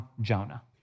Jonah